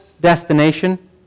destination